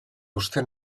uste